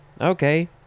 Okay